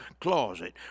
closet